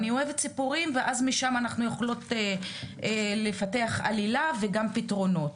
ואז משם אנחנו יכולות לפתח עלילה וגם פתרונות.